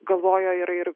galvojo ir ir